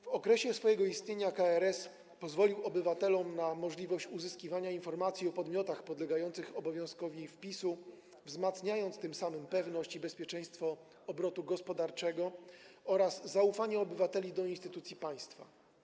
W okresie swojego istnienia KRS dawał obywatelom możliwość uzyskiwania informacji o podmiotach podlegających obowiązkowi wpisu, wzmacniając tym samym pewność i bezpieczeństwo obrotu gospodarczego oraz zaufanie obywateli do instytucji państwa.